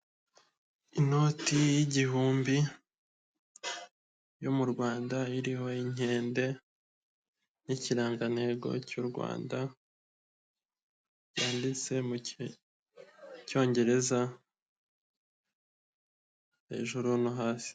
Inoti y'igihumbi yo mu Rwanda, iriho inkende n'ikirangantego cy'u Rwanda, yanditse mu cyongereza, hejuru no hasi.